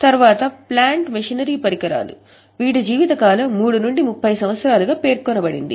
తర్వాత plant machinery పరికరాలు వీటి జీవితకాలం 3 నుండి 30 సంవత్సరాలు గా పేర్కొనబడింది